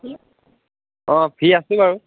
অ' free আছোঁ বাৰু